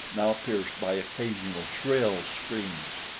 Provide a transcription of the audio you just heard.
now pierced by occasional shrill screams.